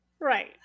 Right